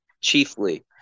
chiefly